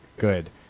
good